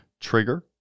trigger